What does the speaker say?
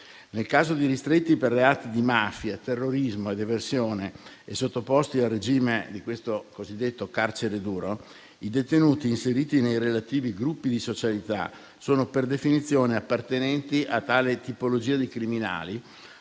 Nel caso di ristretti per reati di mafia, terrorismo ed eversione e sottoposti al regime del cosiddetto carcere duro, i detenuti inseriti nei relativi gruppi di socialità sono per definizione appartenenti a tale tipologia di criminali,